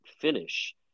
finish